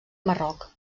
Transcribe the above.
marroc